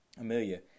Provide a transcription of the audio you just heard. Amelia